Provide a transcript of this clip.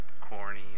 corny